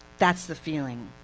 that's the feeling,